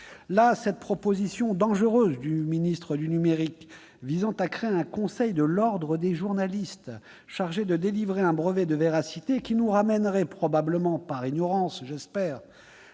Là, cette proposition dangereuse du secrétaire d'État chargé du numérique visant à créer un conseil de l'ordre des journalistes qui devrait délivrer un brevet de véracité et qui nous ramènerait- probablement par ignorance, je l'espère